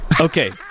Okay